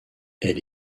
elle